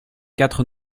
quatre